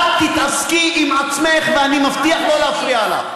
את תתעסקי עם עצמך ואני מבטיח לא להפריע לך.